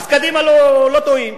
אז קדימה לא טועים,